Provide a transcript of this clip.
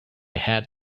had